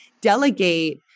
delegate